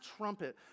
trumpet